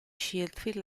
sheffield